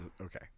okay